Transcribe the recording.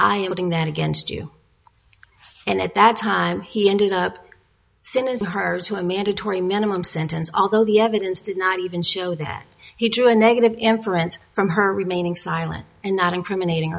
would in that against you and at that time he ended up cynism her to a mandatory minimum sentence although the evidence did not even show that he drew a negative inference from her remaining silent and not incriminating